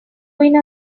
ruin